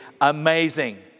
amazing